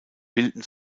bilden